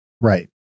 Right